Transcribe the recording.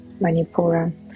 Manipura